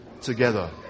together